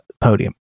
podium